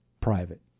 private